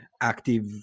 active